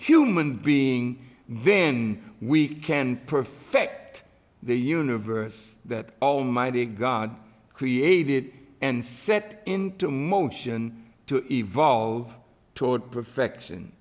human being then we can perfect the universe that almighty god created and set into motion to evolve toward perfection